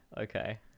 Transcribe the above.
okay